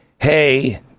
Hey